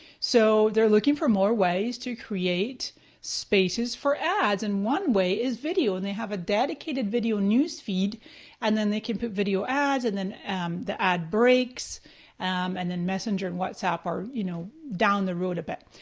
so they're looking for more ways to create spaces for ads. and one way is video. and they have a dedicated video news feed and then they can put video ads and then the ad breaks and then messenger and whatsapp are you know down the road a bit.